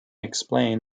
explain